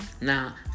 Now